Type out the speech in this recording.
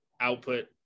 output